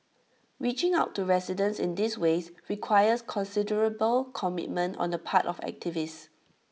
reaching out to residents in these ways requires considerable commitment on the part of activists